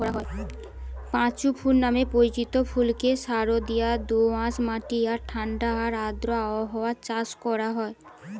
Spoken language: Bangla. পাঁচু ফুল নামে পরিচিত ফুলকে সারদিয়া দোআঁশ মাটি আর ঠাণ্ডা আর আর্দ্র আবহাওয়ায় চাষ করা হয়